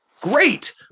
Great